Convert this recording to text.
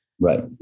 Right